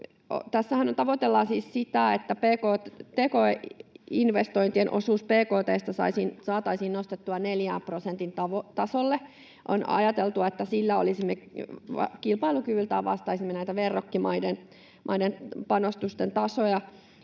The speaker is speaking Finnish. Tässähän tavoitellaan siis sitä, että tki-investointien osuus bkt:sta saataisiin nostettua neljän prosentin tasolle. On ajateltu, että silloin kilpailukykymme vastaisi näitä verrokkimaiden panostusten tasoja,